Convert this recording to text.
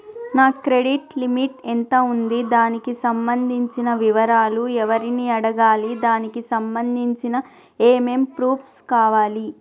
నా credit limit ఎంత ఉంది? దానికి సంబంధించిన వివరాలు ఎవరిని అడగాలి? దానికి సంబంధించిన ఏమేం ప్రూఫ్స్ కావాలి?